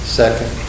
second